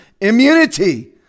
immunity